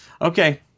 okay